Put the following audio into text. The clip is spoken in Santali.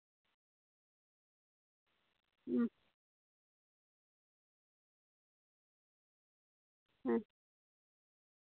ᱦᱩᱸ ᱦᱮᱸ